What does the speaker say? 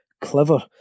clever